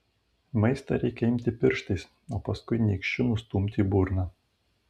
maistą reikia imti pirštais o paskui nykščiu nustumti į burną